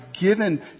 given